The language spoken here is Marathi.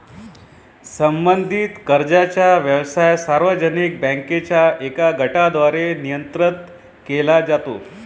संबंधित कर्जाचा व्यवसाय सार्वजनिक बँकांच्या एका गटाद्वारे नियंत्रित केला जातो